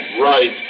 right